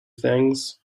things